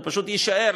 הוא פשוט יישאר,